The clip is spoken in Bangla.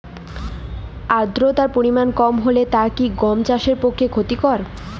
আর্দতার পরিমাণ কম হলে তা কি গম চাষের পক্ষে ক্ষতিকর?